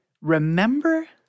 remember